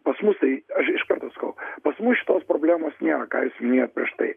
pas mus tai aš iš karto sakau pas mus šitos problemos nėra ką jūs minėjot prieš tai